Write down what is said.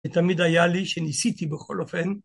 תמיד היה לי שניסיתי בכל אופן.